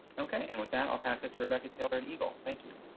okay, and with that, i'll pass it to rebecca taylor at egle. thank you.